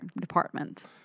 department